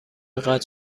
قطع